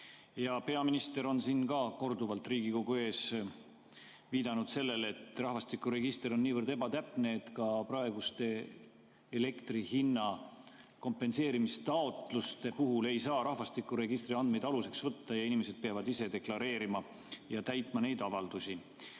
Peaminister on siin ka korduvalt Riigikogu ees viidanud sellele, et rahvastikuregister on niivõrd ebatäpne, et ka praeguste elektri hinna kompenseerimise taotluste puhul ei saa rahvastikuregistri andmeid aluseks võtta, nii et inimesed peavad ise deklareerima ja täitma neid avaldusi.